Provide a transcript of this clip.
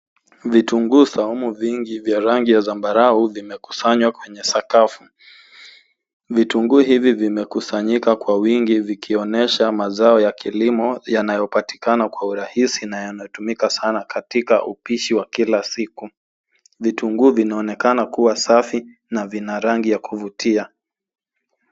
Vitunguu saumu vingi vya rangi ya zambarau vimekusanywa kwenye sakafu. Vitunguu hivi vimekusanyika kwa uwingi vikionyesha mazao ya kilimo yanayopatika kwa urahisi na yanayotumika sana katika upishi wa kila siku. Vitunguu vinaonekana kuwa safi na vina rangi ya kuvutia.